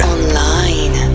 Online